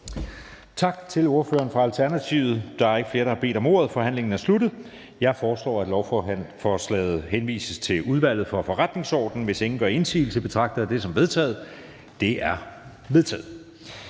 Tak til ordføreren for Alternativet. Der er ikke flere, der har bedt om ordet. Forhandlingen er sluttet. Jeg foreslår, at lovforslaget henvises til Udvalget for Forretningsordenen. Hvis ingen gør indsigelse, betragter jeg dette som vedtaget. Det er vedtaget.